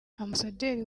ambasaderi